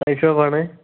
വൈന്ഷോപ്പാണേ